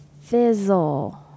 Fizzle